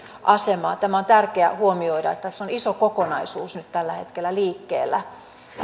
asemaa tämä on tärkeää huomioida että tässä on iso kokonaisuus nyt tällä hetkellä liikkeellä